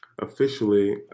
officially